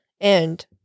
and-